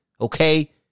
okay